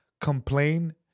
complain